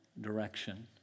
direction